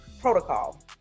protocol